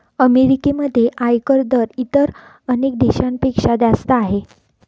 अमेरिकेमध्ये आयकर दर इतर अनेक देशांपेक्षा जास्त आहे